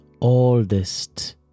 oldest